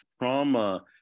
trauma